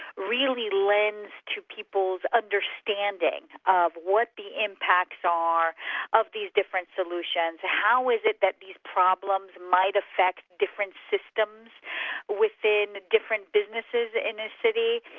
really lends to people's understanding of what the impacts are of these different solutions. how is it that these problems might affect different systems within different businesses in a city?